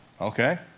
Okay